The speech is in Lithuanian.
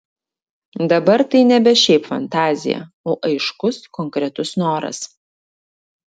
dabar tai nebe šiaip fantazija o aiškus konkretus noras